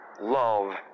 love